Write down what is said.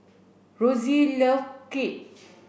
Rossie love Kheer